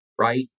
Right